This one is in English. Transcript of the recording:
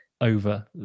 over